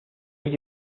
age